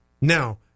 now